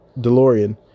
DeLorean